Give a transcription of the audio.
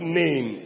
name